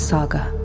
Saga